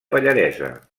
pallaresa